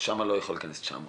לשם לא יכולים להיכנס 900 עובדים.